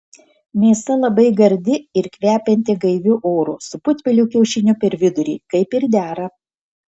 mėsa labai gardi ir kvepianti gaiviu oru su putpelių kiaušiniu per vidurį kaip ir dera